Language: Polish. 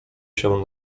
się